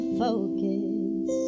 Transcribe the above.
focus